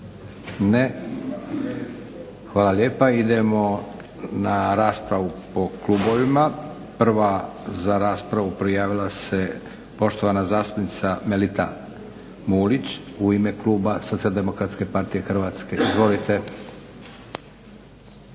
ne. Hvala lijepa. Idemo na raspravu po klubovima. Prava za raspravu prijavila se poštovana zastupnica Melita Mulić u ime kluba Socijaldemokratske partije Hrvatske. Izvolite.